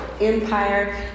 Empire